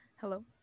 Hello